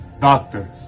doctors